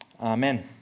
Amen